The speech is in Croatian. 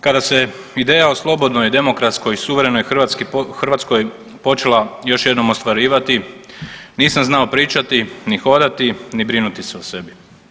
Kada se ideja o slobodnoj, demokratskoj i suverenoj Hrvatskoj počela još jednom ostvarivati, nisam znao pričati ni hodati ni brinuti se o sebi.